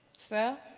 sir,